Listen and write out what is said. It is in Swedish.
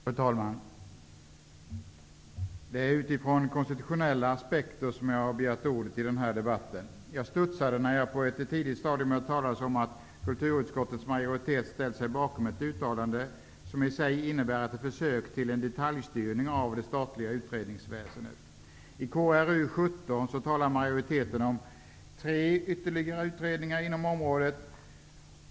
Fru talman! Det är från konstitutionella aspekter som jag har begärt ordet i denna debatt. Jag studsade när jag på ett tidigt stadium hörde talas om att kulturutskottets majoritet hade ställt sig bakom ett uttalande som innebär ett försök till detaljstyrning av det statliga utredningsväsendet. I betänkandet KrU17 talar majoriteten om tre ytterligare utredningar inom området.